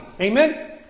Amen